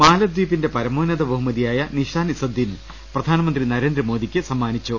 മാലദ്വീപിന്റെ പരമോന്നത ബഹുമതിയായ നിഷാൻ ഇസു ദ്ദീൻ പ്രധാനമന്ത്രി നരേന്ദ്രമോദിക്ക് സമ്മാനിച്ചു